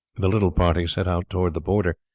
the little party set out towards the border,